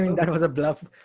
that was a bluff.